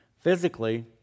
physically